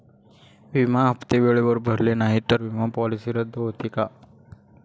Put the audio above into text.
विमा हप्ते वेळेवर भरले नाहीत, तर विमा पॉलिसी रद्द होते का?